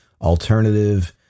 alternative